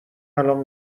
الان